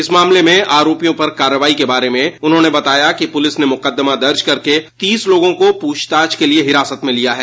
इस मामले के आरोपियों पर कार्रवाई के बारे में उन्होंने बताया कि पुलिस ने मुकदमा दर्ज करके तीस लोगों को प्रछताछ के लिए हिरासत में लिया है